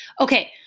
Okay